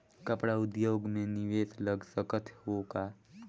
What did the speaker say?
कपड़ा उद्योग म निवेश लगा सकत हो का?